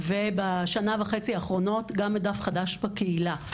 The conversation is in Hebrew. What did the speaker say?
ובשנה וחצי האחרונות גם את דף חדש בקהילה.